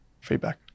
feedback